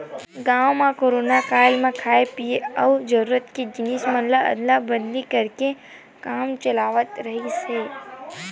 गाँव म कोरोना काल म खाय पिए के अउ जरूरत के जिनिस मन के अदला बदली करके काम चलावत रिहिस हे